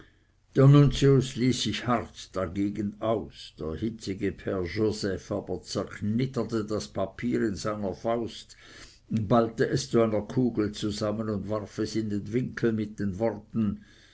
ließ sich hart dagegen aus der hitzige pater joseph aber zerknitterte das papier in seiner faust ballte es zu einer kugel zusammen und warf es in den winkel mit den worten